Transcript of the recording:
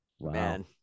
man